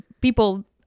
people